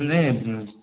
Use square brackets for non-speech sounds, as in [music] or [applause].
[unintelligible]